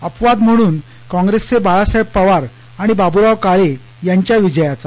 अपवाद म्हणून काँप्रेसचे बाळासाहेब पवार आणि बाबुराव काळे यांच्या विजयाचा